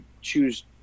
choose